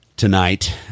Tonight